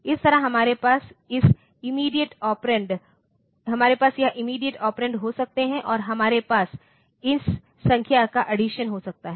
इस तरह हमारे पास यह इमीडियेट ऑपरेंड हो सकता है और हमारे पास इस संख्या का अड्डीसन हो सकता हैं